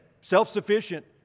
self-sufficient